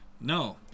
No